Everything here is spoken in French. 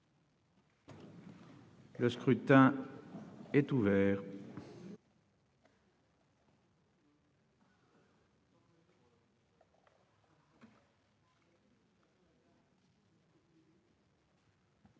Le scrutin est ouvert.